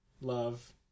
love